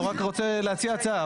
אני רק רוצה להציע הצעה.